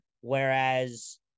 whereas